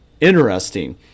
Interesting